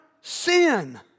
sin